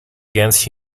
against